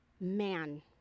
Man